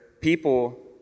people